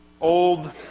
old